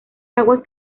aguas